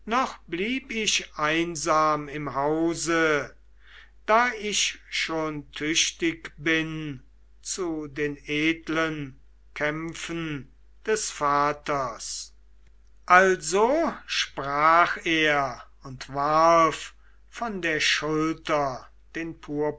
noch blieb ich einsam im hause da ich schon tüchtig bin zu den edlen kämpfen des vaters also sprach er und warf von der schulter den